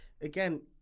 again